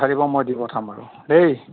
পঠাই দিব মই দি পঠাম বাৰু দেই